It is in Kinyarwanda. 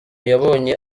yabonye